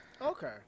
Okay